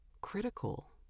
critical